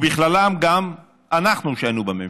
ובכללם גם אנחנו, כשהיינו בממשלה.